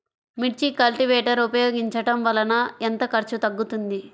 మిర్చి కల్టీవేటర్ ఉపయోగించటం వలన ఎంత ఖర్చు తగ్గుతుంది?